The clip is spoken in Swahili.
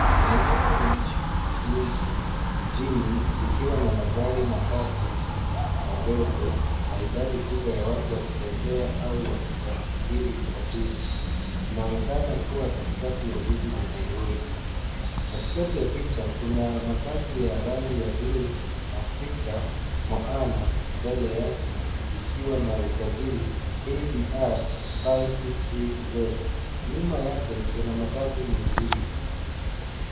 Eneo lenye shughuli mingi, jijini, likiwa na magari matatu, madogo, na idadi kubwa ya watu wakitembea au wakisubiri usafiri. Inaonekana kuwa katikati jiji la Nairobi. Katikati ya picha, kuna matatu ya rangi ya blue na stika, Moana, mbele yake, ikiwa na usajili, KDR 568 Z. Nyuma yake, kuna matatu mengine.